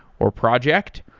or project.